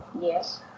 Yes